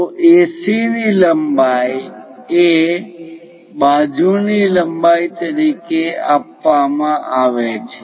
તો AC ની લંબાઈ એ બાજુની લંબાઈ તરીકે આપવામાં આવે છે